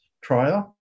trial